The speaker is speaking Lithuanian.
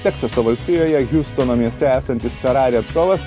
teksaso valstijoje hiustono mieste esantis ferrari atstovas